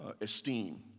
esteem